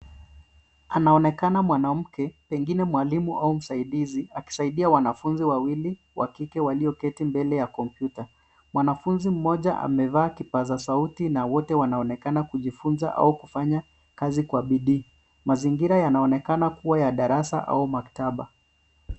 Anaonekana mwanamke pengine mwalimu au msaidizi akisaidia wanafunzi wawili wa kike walioketi mbele ya kompyuta. Mwanafunzi mmoja amevaa kipaza sauti na wote wanaonekana kujifunza au kufanya kazi kwa bidii. Mazingira yanaonekana kuwa ya darasa au maktaba.